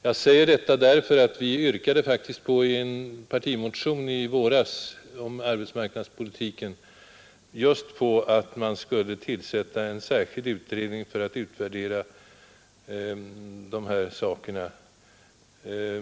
Jag säger detta därför att vi yrkade faktiskt i en partimotion i våras om arbetsmarknadspolitiken just på att man skulle tillsätta en särskild utredning för att utvärdera de här sakerna.